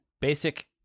basic